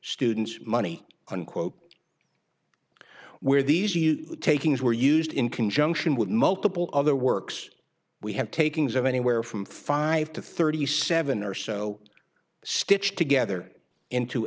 students money unquote where these huge takings were used in conjunction with multiple other works we have takings of anywhere from five to thirty seven or so stitched together into